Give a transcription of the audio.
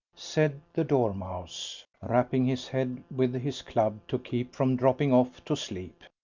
said the dormouse, rapping his head with his club to keep from dropping off to sleep.